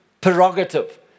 prerogative